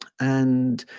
and